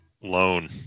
loan